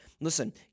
Listen